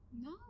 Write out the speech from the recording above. No